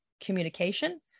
communication